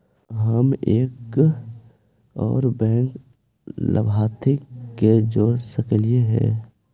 हम एक और बैंक लाभार्थी के जोड़ सकली हे?